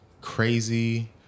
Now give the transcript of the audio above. crazy